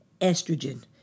estrogen